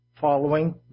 following